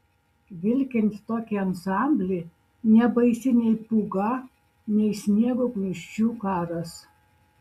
vilkint tokį ansamblį nebaisi nei pūga nei sniego gniūžčių karas